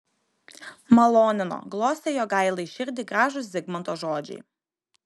malonino glostė jogailai širdį gražūs zigmanto žodžiai